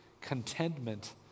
contentment